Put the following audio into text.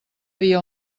dia